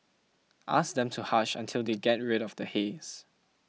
ask them to hush until they get rid of the haze